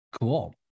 cool